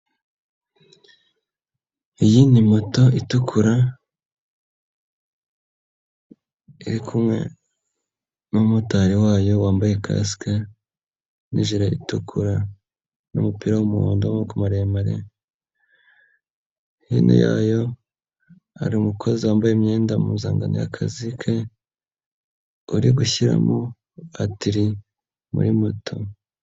Iyi ni moto itukura irikumwe n'umumotari wayo wambaye kasike n'ijire itukura n'umupira w'umuhondo w'amaboko maremare hino yayo hari umukozi wambaye imyenda mpuzangano y'akazi ke, uri gushyiramo batiri muri moto.